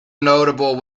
notable